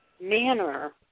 manner